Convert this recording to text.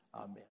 Amen